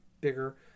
bigger